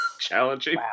challenging